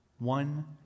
One